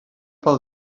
pel